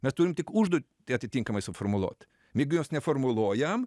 mes turim tik užduotį atitinkamai suformuluot jeigu jos neformuluojam